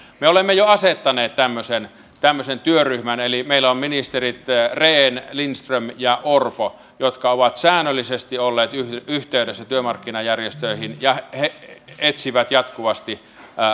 me olemme jo asettaneet tämmöisen tämmöisen työryhmän eli meillä on ministerit rehn lindström ja orpo jotka ovat säännöllisesti olleet yhteydessä työmarkkinajärjestöihin ja he etsivät jatkuvasti